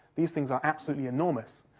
these things are absolutely enormous.